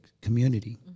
community